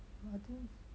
I think